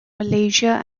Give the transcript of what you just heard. malaysia